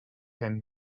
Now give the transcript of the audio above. henry